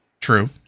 True